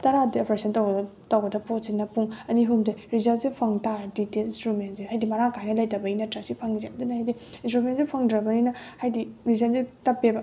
ꯇꯔꯥꯗꯒꯤ ꯑꯣꯄ꯭ꯔꯦꯁꯟ ꯇꯧꯔꯒ ꯇꯧꯒꯗ ꯄꯣꯠꯁꯤꯅ ꯄꯨꯡ ꯑꯅꯤ ꯑꯍꯨꯝꯁꯦ ꯔꯤꯖꯜꯁꯦ ꯐꯪꯇꯔꯗꯤ ꯗꯤꯇꯦꯜ ꯏꯟꯁꯇ꯭ꯔꯨꯃꯦꯟꯁꯦ ꯍꯥꯏꯗꯤ ꯃꯔꯥꯡ ꯀꯥꯏꯅ ꯂꯩꯇꯕꯩ ꯅꯠꯇ꯭ꯔ ꯁꯤ ꯐꯪꯏꯁꯦ ꯑꯗꯨꯅ ꯍꯥꯏꯗꯤ ꯏꯟꯁꯇ꯭ꯔꯨꯃꯦꯟꯁꯦ ꯐꯪꯗ꯭ꯔꯕꯅꯤꯅ ꯍꯥꯏꯗꯤ ꯔꯤꯖꯜꯁꯦ ꯇꯞꯄꯦꯕ